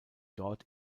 dort